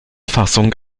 fassung